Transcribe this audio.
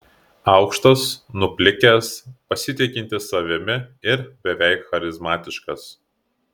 aukštas nuplikęs pasitikintis savimi ir beveik charizmatiškas